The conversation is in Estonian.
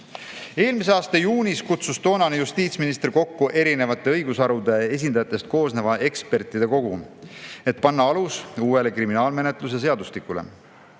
Eelmise aasta juunis kutsus toonane justiitsminister kokku erinevate õigusharude esindajatest koosneva ekspertide kogu, et panna alus uuele kriminaalmenetluse seadustikule.